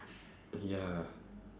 ya